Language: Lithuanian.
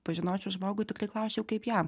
pažinočiau žmogų tiktai klausčiau kaip jam